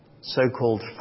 so-called